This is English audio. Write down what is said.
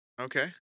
Okay